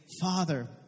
Father